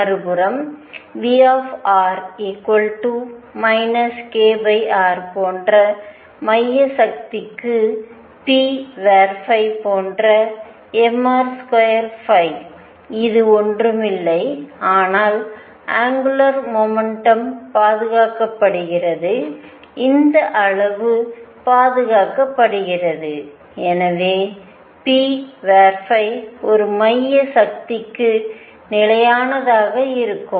மறுபுறம் V k r போன்ற மைய சக்திக்கு p போன்ற mr2ϕ இது ஒன்றுமில்லை ஆனால் அங்குலார் மொமெண்டம் பாதுகாக்கப்படுகிறது இந்த அளவு பாதுகாக்கப்படுகிறது எனவே p ஒரு மைய சக்திக்கு நிலையானதாக இருக்கும்